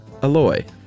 Aloy